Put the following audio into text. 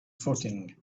footing